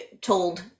told